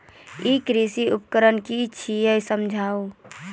ई कृषि उपकरण कि छियै समझाऊ?